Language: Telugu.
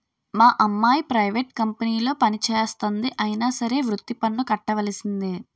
మా అమ్మాయి ప్రైవేట్ కంపెనీలో పనిచేస్తంది అయినా సరే వృత్తి పన్ను కట్టవలిసిందే